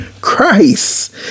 Christ